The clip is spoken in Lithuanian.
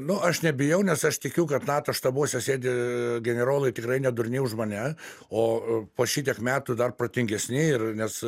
nu aš nebijau nes aš tikiu kad nato štabuose sėdi generolai tikrai ne durni už mane o po šitiek metų dar protingesni ir nes